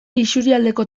isurialdeko